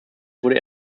wurde